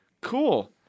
cool